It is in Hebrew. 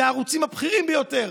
זה הערוצים הבכירים ביותר,